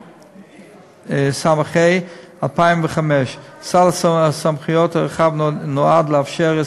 התשס"ה 2005. סל הסמכויות הרחב נועד לאפשר את